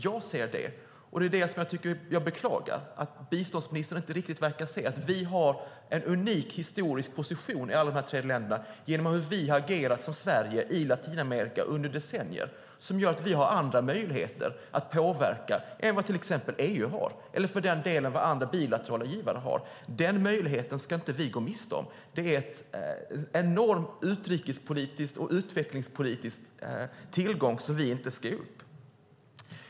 Jag ser det, och jag beklagar att biståndsministern inte riktigt verkar se att vi har en unik historisk position i alla de här tre länderna genom hur vi som land har agerat i Latinamerika under decennier. Det gör att vi har andra möjligheter att påverka än vad till exempel EU eller för den delen andra bilaterala givare har. Den möjligheten ska vi inte förlora. Det är en enorm utrikespolitisk och utvecklingspolitisk tillgång som vi inte ska ge upp.